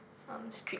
um strict